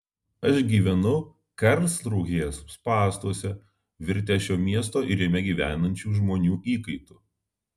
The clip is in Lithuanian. aš gyvenu karlsrūhės spąstuose virtęs šio miesto ir jame gyvenančių žmonių įkaitu